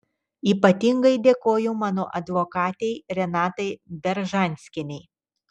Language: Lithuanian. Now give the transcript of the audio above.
ypatingai dėkoju mano advokatei renatai beržanskienei